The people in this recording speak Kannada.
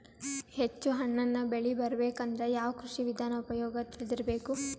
ಹೆಚ್ಚು ಹಣ್ಣನ್ನ ಬೆಳಿ ಬರಬೇಕು ಅಂದ್ರ ಯಾವ ಕೃಷಿ ವಿಧಾನ ಉಪಯೋಗ ತಿಳಿದಿರಬೇಕು?